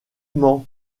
ment